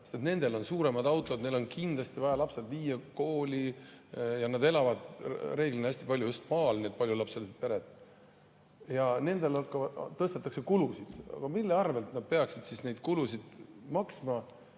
nendel on suuremad autod, neil on kindlasti vaja lapsed viia kooli ja nad elavad [sageli] just maal, need paljulapselised pered. Ja nendel tõstetakse kulusid. Aga mille arvelt nad peaksid neid kulusid maksma?